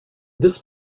this